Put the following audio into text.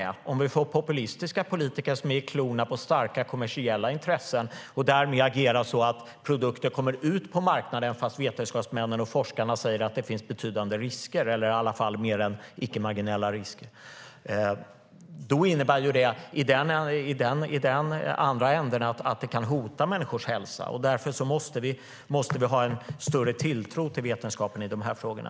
Vi kan få populistiska politiker som är i klorna på starka kommersiella intressen och därmed agerar så att produkter kommer ut på marknaden fast vetenskapsmännen och forskarna säger att det finns betydande risker, eller i alla fall mer än icke-marginella risker. Detta kan hota människors hälsa. Därför måste vi ha en större tilltro till vetenskapen i de här frågorna.